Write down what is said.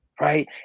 right